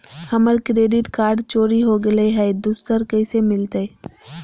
हमर credit card चोरी हो गेलय हई, दुसर कैसे मिलतई?